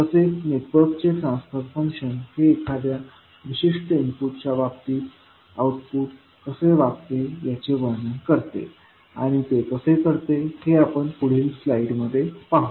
तसेच नेटवर्कचे transfer function हे एखाद्या विशिष्ट इनपुटच्या बाबतीत आऊटपुट कसे वागते याचे वर्णन करते आणि ते कसे असते हे आपण पुढील स्लाइडमध्ये पाहू